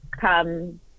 come